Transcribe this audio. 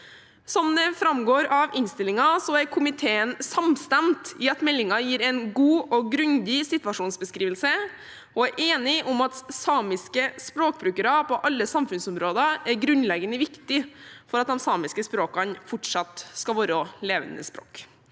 Som det framgår av innstillingen, er komiteen samstemt i at meldingen gir en god og grundig situasjonsbeskrivelse, og vi er enige om at samiske språkbrukere på alle samfunnsområder er grunnleggende viktig for at de samiske språkene fortsatt skal være levende språk.